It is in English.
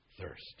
thirst